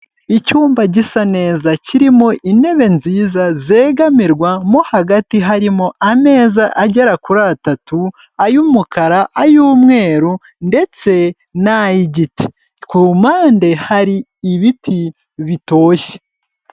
Icyumba gisa neza kirimo intebe nziza zegamirwa, mo hagati harimo ameza agera kuri atatu ay'umukara, ay'umweru ndetse n'ay'igiti. Ku mpande hari ibiti bitoshye.